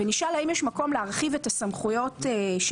ונשאל: האם יש מקום להרחיב את הסמכויות של